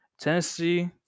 Tennessee